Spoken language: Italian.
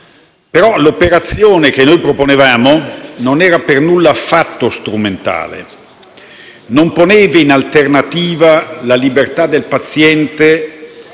- l'operazione che proponevamo non era affatto strumentale, non poneva in alternativa la libertà del paziente